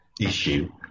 issue